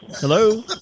Hello